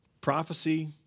prophecy